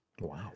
Wow